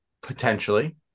potentially